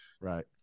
right